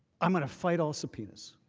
i mean fight all subpoenas?